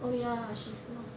oh ya she's not